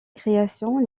création